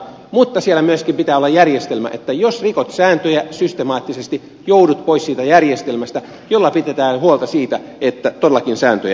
mutta siellä myöskin pitää olla järjestelmä niin että jos rikot sääntöjä systemaattisesti joudut pois siitä järjestelmästä millä pidetään huolta siitä että todellakin sääntöjä noudatetaan